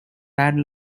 bad